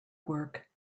work